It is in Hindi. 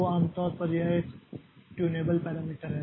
तो आम तौर पर यह एक ट्यूनेबल पैरामीटर है